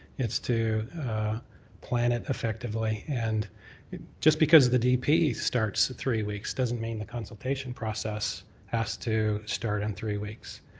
it's to plan it effectively and just because of the dp starts in three weeks, doesn't mean the consultation process has to start in three weeks.